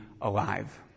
alive